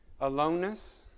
aloneness